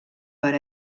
per